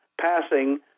passing